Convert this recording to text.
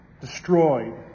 destroyed